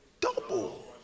double